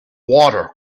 water